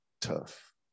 Tough